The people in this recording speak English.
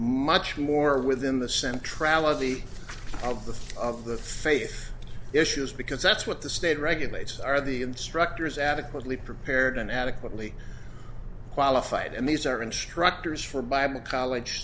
much more within the centralized the of the of the faith issues because that's what the state regulates are the instructors adequately prepared and adequately qualified and these are instructors for bible college